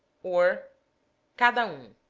or cada urn.